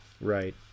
Right